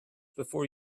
before